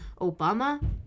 Obama